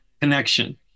connection